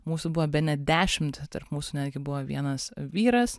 mūsų buvo bene dešimt tarp mūsų netgi buvo vienas vyras